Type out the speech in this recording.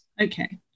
Okay